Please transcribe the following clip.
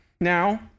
Now